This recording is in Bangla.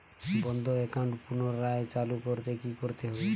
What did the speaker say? বন্ধ একাউন্ট পুনরায় চালু করতে কি করতে হবে?